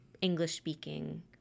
English-speaking